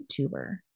YouTuber